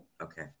Okay